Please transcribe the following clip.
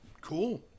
Cool